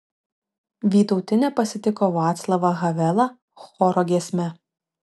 vytautinė pasitiko vaclavą havelą choro giesme